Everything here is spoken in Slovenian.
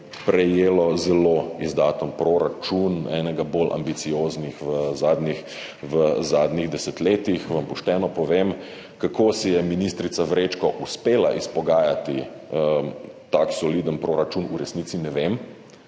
prejelo zelo izdaten proračun, enega bolj ambicioznih v zadnjih desetletjih. Vam pošteno povem, kako si je ministrica Vrečko uspela izpogajati tako soliden proračun, v resnici ne vem,